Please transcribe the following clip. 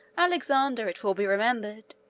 alexander, it will be remembered,